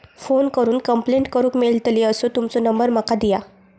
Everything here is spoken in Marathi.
फोन करून कंप्लेंट करूक मेलतली असो तुमचो नंबर माका दिया?